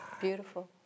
Beautiful